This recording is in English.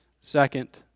Second